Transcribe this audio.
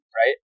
right